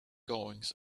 goings